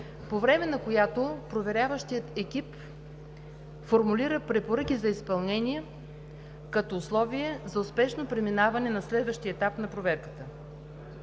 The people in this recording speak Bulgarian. по време на която проверяващият екип формулира препоръки за изпълнение като условие за успешно преминаване на следващия етап на проверката.